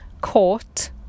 caught